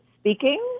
speaking